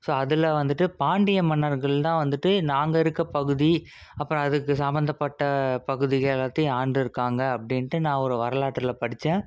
so அதில் வந்துட்டு பாண்டிய மன்னர்கள் தான் வந்துட்டு நாங்கள் இருக்கற பகுதி அப்புறம் அதுக்கு சம்மந்தப்பட்ட பகுதிகள் எல்லாத்தையும் ஆண்டுருக்காங்க அப்படின்ட்டு நான் ஒரு வரலாற்றில் படிச்சேன்